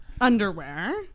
underwear